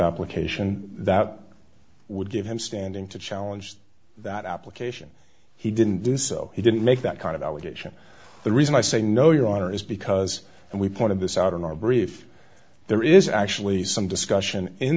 application that would give him standing to challenge that application he didn't do so he didn't make that kind of i wish and the reason i say no your honor is because and we pointed this out in our brief there is actually some discussion in